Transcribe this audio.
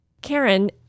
Karen